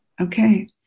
okay